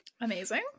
Amazing